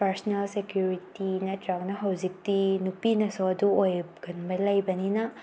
personal security ꯅꯠꯇ꯭ꯔꯒꯅ ꯍꯧꯖꯤꯛꯇꯤ ꯅꯨꯄꯤꯅꯁꯨ ꯑꯗꯨ ꯑꯣꯏꯒꯟꯕ ꯂꯩꯕꯅꯤꯅ